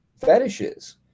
fetishes